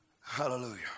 Hallelujah